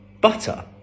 butter